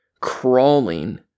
crawling